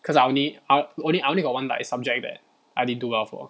cause I only I only I only got one like subject that I didn't do well for